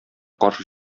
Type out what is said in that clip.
каршы